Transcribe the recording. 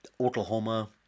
Oklahoma